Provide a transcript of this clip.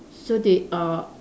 so they are